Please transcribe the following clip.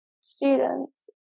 students